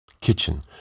Kitchen